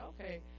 Okay